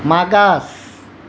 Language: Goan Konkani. मागास